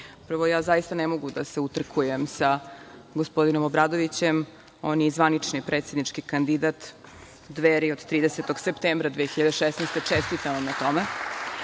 ja ne mogu da se utrkujem sa gospodinom Obradovićem. On je i zvanični predsednički kandidat Dveri od 30. septembra 2016. godine. Čestitam vam na tome. Ali,